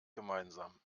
gemeinsam